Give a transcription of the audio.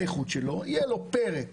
יהיה לו פרק